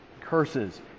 Curses